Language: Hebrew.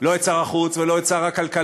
לא את שר החוץ ולא את שר הכלכלה,